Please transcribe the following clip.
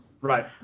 right